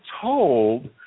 told